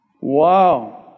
Wow